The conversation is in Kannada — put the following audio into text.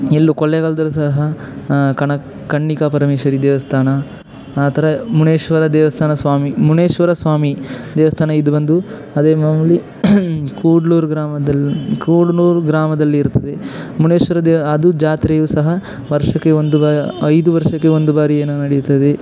ಎಲ್ಲೂ ಕೊಳ್ಳೇಗಾಲದಲ್ಲೂ ಸಹ ಕಣಕ್ ಕನ್ನಿಕಾ ಪರಮೇಶ್ವರಿ ದೇವಸ್ಥಾನ ಆ ಥರ ಮುನೇಶ್ವರ ದೇವಸ್ಥಾನ ಸ್ವಾಮಿ ಮುನೇಶ್ವರ ಸ್ವಾಮಿ ದೇವಸ್ಥಾನ ಇದು ಬಂದು ಅದೇ ಮಾಮುಲಿ ಕೂಡ್ಲೂರು ಗ್ರಾಮದಲ್ಲಿ ಕೂಡ್ನೂರು ಗ್ರಾಮದಲ್ಲಿ ಇರ್ತದೆ ಮುನೇಶ್ವರ ದೇ ಅದು ಜಾತ್ರೆಯೂ ಸಹ ವರ್ಷಕ್ಕೆ ಒಂದು ಬಾ ಐದು ವರ್ಷಕೆ ಒಂದು ಬಾರಿ ಏನೋ ನಡೆಯುತ್ತದೆ